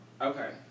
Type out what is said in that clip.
Okay